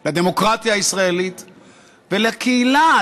לדמוקרטיה הישראלית ולקהילה,